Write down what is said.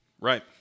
Right